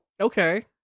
Okay